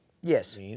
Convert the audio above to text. Yes